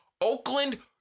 Oakland